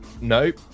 Nope